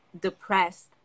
depressed